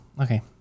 okay